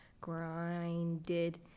grinded